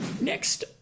Next